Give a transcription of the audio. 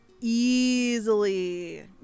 easily